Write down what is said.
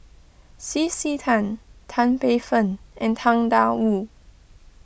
C C Tan Tan Paey Fern and Tang Da Wu